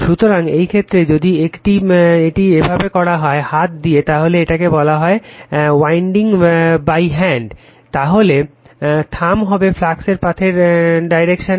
সুতরাং এই ক্ষেত্রে যদি এটিকে এইভাবে করা হয় হাত দিয়ে তাহলে এটাকে বলা যায় যে ওয়াইন্ডিং বাই হ্যান্ড তাহলে থাম্ব হবে ফ্লাক্স পাথের ডাইরেকশন